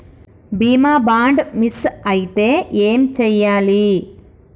బీమా bond miss అయితే ఏం చేయాలి?